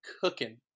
cooking